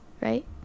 right